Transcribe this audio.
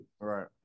Right